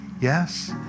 Yes